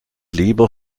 lieber